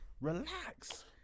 relax